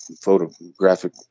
photographic